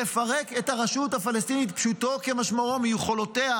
לפרק את הרשות הפלסטינית פשוטו כמשמעו מיכולותיה